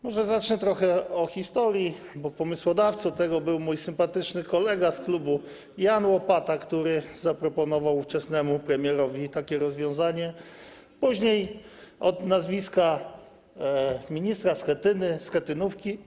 Może zacznę trochę od historii, bo pomysłodawcą tego był mój sympatyczny kolega z klubu Jan Łopata, który zaproponował ówczesnemu premierowi takie rozwiązanie, później od nazwiska ministra Schetyny - schetynówki.